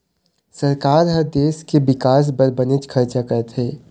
सरकार ह देश के बिकास बर बनेच खरचा करथे